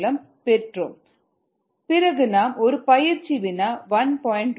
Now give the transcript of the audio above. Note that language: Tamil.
303kd பிறகு நாம் ஒரு பயிற்சி வினா 1